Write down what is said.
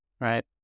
right